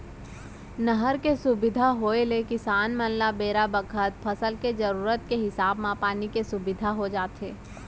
नहर के सुबिधा होय ले किसान मन ल बेरा बखत फसल के जरूरत के हिसाब म पानी के सुबिधा हो जाथे